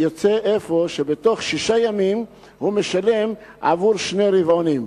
יוצא אפוא שבתוך שישה ימים הוא משלם עבור שני רבעונים.